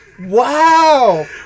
Wow